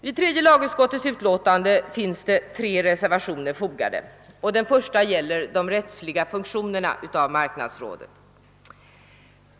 Vid tredje lagutskottets utlåtande finns tre reservationer fogade. Den första gäller marknadsrådets rättsliga funktioner.